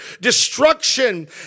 destruction